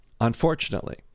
Unfortunately